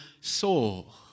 soul